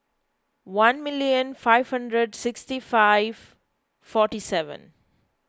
one million five hundred sixty five forty seven